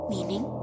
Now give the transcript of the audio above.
Meaning